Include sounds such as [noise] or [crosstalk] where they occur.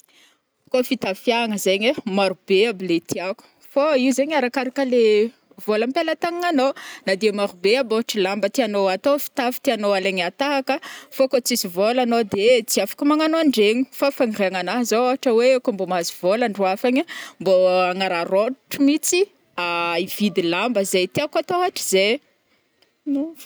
Koa fitafiagna zegny ai, marobe aby le tiako, fô io zegny ai arakarkale vôla ampelatagnanô, na de maro be aby ôhatra lamba tianô atô fitafy tiagnô alaigny tahaka, fô koa tsisy volanô de tsy afaka magnano andregny fa fagniriagnana ana zô ôtra oe koa mbô mahazo vôla andro hafa agny ai mbô agnararô [hesitation] tro mihitsy [hesitation] hividy lamba le tiako atô hatrizai. [noise]